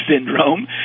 syndrome